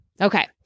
Okay